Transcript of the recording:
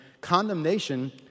Condemnation